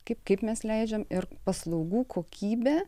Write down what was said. kaip kaip mes leidžiam ir paslaugų kokybę